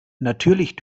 natürlich